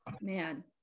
man